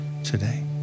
today